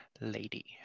lady